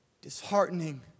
disheartening